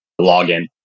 login